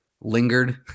lingered